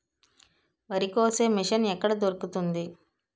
వరి కోసే మిషన్ ఎక్కడ దొరుకుతుంది?